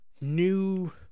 new